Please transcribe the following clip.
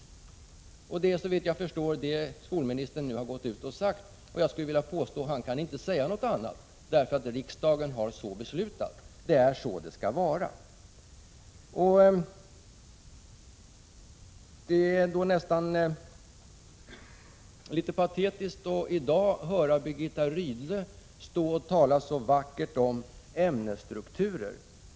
Det är såvitt jag förstår det skolministern nu har gått ut och sagt. Jag skulle vilja påstå att han inte kan säga något annat, därför att riksdagen har så beslutat; det är så det skall vara. Det är då nästan patetiskt att höra Birgitta Rydle i dag stå och tala så vackert om ämnesstrukturer.